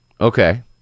Okay